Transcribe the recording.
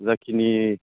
जाखिनि